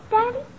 Daddy